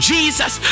Jesus